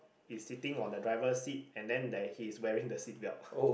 is sitting on the driver seat and then there he is wearing the seat belt